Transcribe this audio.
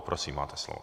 Prosím, máte slovo.